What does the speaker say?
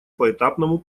поэтапному